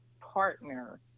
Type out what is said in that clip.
partner